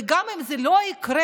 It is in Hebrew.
וגם אם זה לא יקרה,